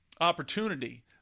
opportunity